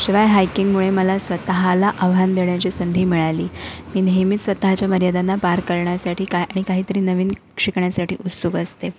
शिवाय हायकिंगमुळे मला स्वतःला आव्हान देण्याची संधी मिळाली मी नेहमीच स्वतःच्या मर्यादांना पार करण्यासाठी का आणि काहीतरी नवीन शिकण्यासाठी उत्सुक असते